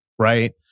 Right